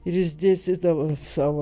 ir jis dėstydavo savo